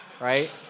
Right